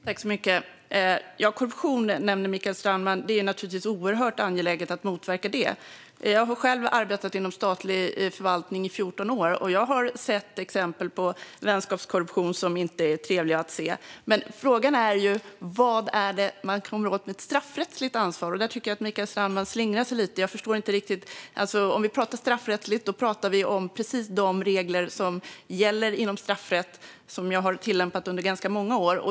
Herr talman! Mikael Strandman nämner korruption. Det är naturligtvis oerhört angeläget att motverka det. Jag har själv arbetat inom statlig förvaltning i 14 år och sett exempel på vänskapskorruption, som inte är trevlig att se. Frågan är vad man kommer åt med ett straffrättsligt ansvar. Där tycker jag att Mikael Strandman slingrar sig lite, och jag förstår inte riktigt. Om vi pratar straffrättsligt pratar vi om precis de regler som gäller inom straffrätt, som jag har tillämpat under ganska många år.